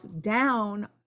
down